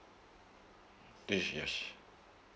three yes